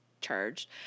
charged